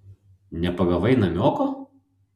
nepagavai namioko